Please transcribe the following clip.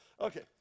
Okay